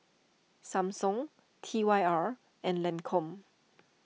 Samsung T Y R and Lancome